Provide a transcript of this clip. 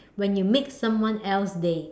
when you make someone else's day